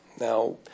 Now